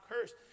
cursed